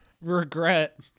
regret